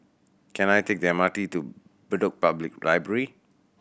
can I take the M R T to Bedok Public Library